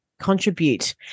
contribute